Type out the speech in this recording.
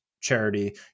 charity